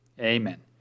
Amen